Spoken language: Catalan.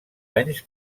anys